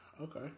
Okay